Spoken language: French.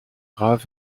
grave